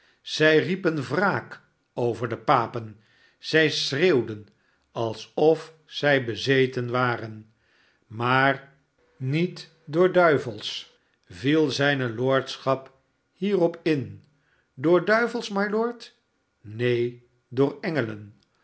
zij riepen wraak over de papen zij schreeuwden alsof zij bezeten waren maar niet door duivels viel zijne lordschap hieropin door duivels mylord neen door